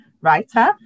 writer